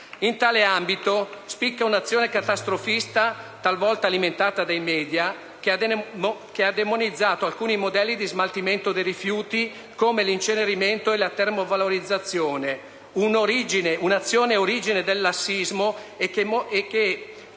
In tale ambito spicca un'azione catastrofista, talvolta alimentata dai *media*, che ha demonizzato alcuni modelli di smaltimento dei rifiuti, come l'incenerimento e la termovalorizzazione. Si tratta di un'azione origine del lassismo, che